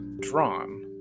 drawn